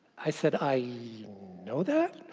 i said, i know that,